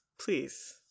please